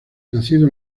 nacido